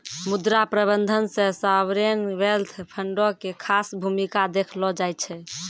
मुद्रा प्रबंधन मे सावरेन वेल्थ फंडो के खास भूमिका देखलो जाय छै